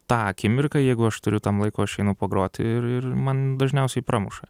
tą akimirką jeigu aš turiu tam laiko aš einu pagroti ir ir man dažniausiai pramuša